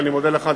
ואני מודה לך,